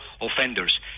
offenders